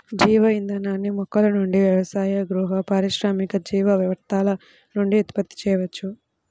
జీవ ఇంధనాన్ని మొక్కల నుండి వ్యవసాయ, గృహ, పారిశ్రామిక జీవ వ్యర్థాల నుండి ఉత్పత్తి చేయవచ్చు